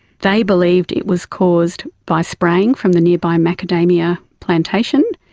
they believed it was caused by spraying from the nearby macadamia plantation.